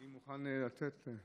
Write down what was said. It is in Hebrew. אני מוכן לתת.